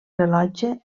rellotge